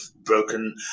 broken